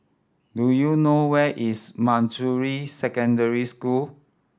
do you know where is Manjusri Secondary School